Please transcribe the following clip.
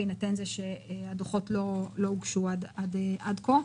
בהינתן שהדוחות לא הוגשו עד כה.